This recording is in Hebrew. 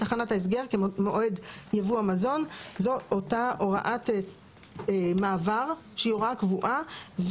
כמועד יבוא המזון;"; זאת אותה הוראת מעבר שהיא הוראה קבועה.